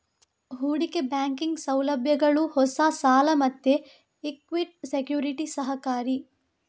ಹೂಡಿಕೆ ಬ್ಯಾಂಕಿಂಗ್ ಸೌಲಭ್ಯಗಳು ಹೊಸ ಸಾಲ ಮತ್ತೆ ಇಕ್ವಿಟಿ ಸೆಕ್ಯುರಿಟಿಗೆ ಸಹಕಾರಿ